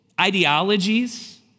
ideologies